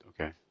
okay